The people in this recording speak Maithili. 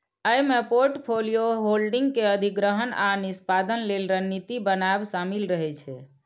अय मे पोर्टफोलियो होल्डिंग के अधिग्रहण आ निष्पादन लेल रणनीति बनाएब शामिल रहे छै